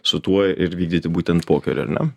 su tuo ir vykdyti būtent pokeriu ar ne